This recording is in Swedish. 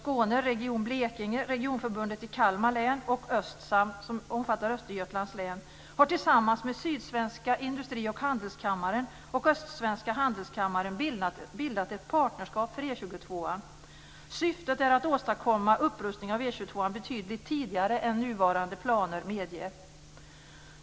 Kalmar län och ÖSTSAM, som omfattar Östergötlands län, har tillsammans med Sydsvenska Industrioch Handelskammaren och Östsvenska Handelskammaren bildat ett partnerskap för E 22:an. Syftet är att åstadkomma en upprustning av E 22:an betydligt tidigare än vad nuvarande planer medger.